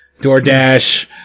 DoorDash